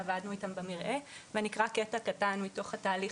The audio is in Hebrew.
עבדנו איתם במרעה ואני אקרא קטע קטן מתוך התהליך